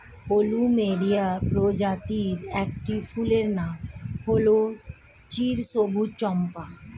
plumeria প্রজাতির একটি ফুলের নাম হল চিরসবুজ চম্পা